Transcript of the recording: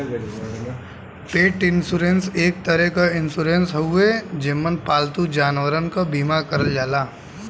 पेट इन्शुरन्स एक तरे क इन्शुरन्स हउवे जेमन पालतू जानवरन क बीमा करल जाला